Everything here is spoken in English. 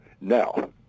Now